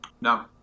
No